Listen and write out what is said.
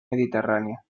mediterránea